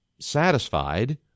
satisfied